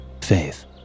Faith